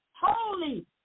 holy